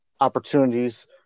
opportunities